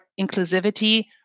inclusivity